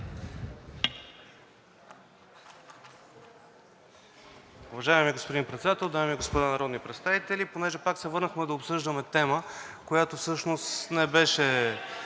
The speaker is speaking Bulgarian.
Уважаеми господин Председател, дами и господа народни представители! Тъй като пак се върнахме да обсъждаме тема, която всъщност не беше